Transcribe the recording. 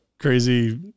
Crazy